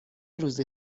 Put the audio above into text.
روزی